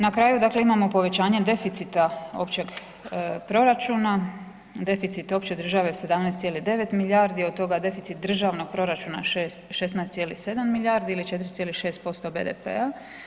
Na kraju, dakle imamo povećanje deficita općeg proračuna, deficit opće države 17,9 milijarde, od toga deficit državnog proračuna je 16,7 milijardi ili 4,6% BDP-a.